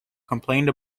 complained